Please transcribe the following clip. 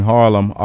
Harlem